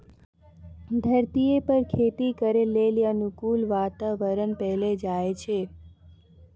धरतीये पर खेती करै लेली अनुकूल वातावरण पैलो जाय छै